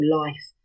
life